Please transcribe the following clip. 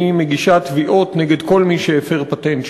והיא מגישה תביעות נגד כל מי שהפר פטנט